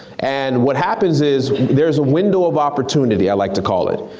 and what happens is there's a window of opportunity i like to call it.